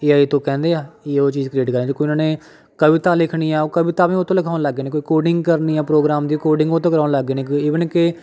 ਏ I ਤੋਂ ਕਹਿੰਦੇ ਆ ਕਿ ਉਹ ਚੀਜ਼ ਕ੍ਰੀਏਟ ਕਰ ਜੇ ਕੋਈ ਉਹਨਾਂ ਨੇ ਕਵਿਤਾ ਲਿਖਣੀ ਆ ਉਹ ਕਵਿਤਾ ਵੀ ਉਹ ਤੋਂ ਲਿਖਾਉਣ ਲੱਗ ਗਏ ਨੇ ਕੋਈ ਕੋਡਿੰਗ ਕਰਨੀ ਆ ਪ੍ਰੋਗਰਾਮ ਦੀ ਕੋਡਿੰਗ ਉਹ ਤੋਂ ਕਰਵਾਉਣ ਲੱਗ ਗਏ ਨੇ ਕ ਈਵਨ ਕਿ